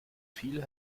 viel